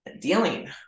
dealing